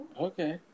okay